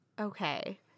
Okay